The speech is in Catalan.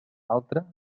altra